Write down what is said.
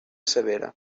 severa